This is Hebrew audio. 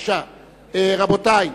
רבותי,